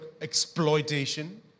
exploitation